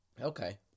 Okay